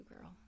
girl